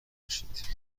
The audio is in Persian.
باشید